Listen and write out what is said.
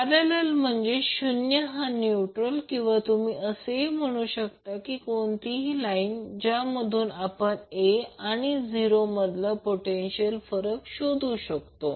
parallel म्हणजेच शून्य हा न्यूट्रल किंवा तुम्ही असेही समजू शकता की कोणतीही लाईन ज्यामधून आपण a आणि o मधला पोटेन्शियल फरक शोधू शकतो